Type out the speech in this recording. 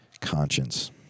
Conscience